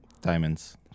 Diamonds